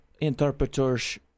interpreters